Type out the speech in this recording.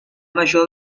major